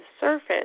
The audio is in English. surface